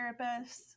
therapists